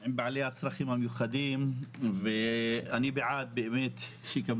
עם בעלי הצרכים המיוחדים ואני בעד שיקבלו